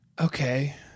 Okay